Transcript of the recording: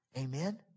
Amen